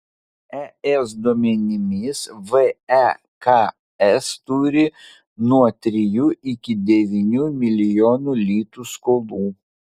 es duomenimis veks turi nuo trijų iki devynių milijonų litų skolų